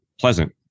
pleasant